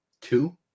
Two